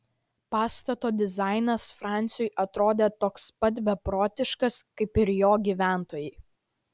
pastato dizainas franciui atrodė toks pat beprotiškas kaip ir jo gyventojai